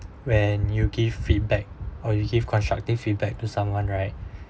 when you give feedback or you give constructive feedback to someone right